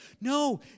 No